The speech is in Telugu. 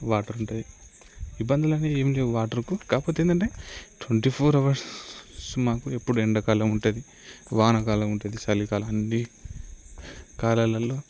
వాటర్ ఉంటాయి ఇబ్బందులు అనేవి ఏమీ లేవు వాటర్కు కాకపోతే ఏంటంటే ట్వంటీ ఫోర్ అవర్స్ మాకు ఎప్పుడు ఎండాకాలం ఉంటుంది వానాకాలం ఉంటుంద చలి కాలం అన్నీ కాలాలలో